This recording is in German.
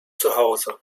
zuhause